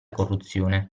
corruzione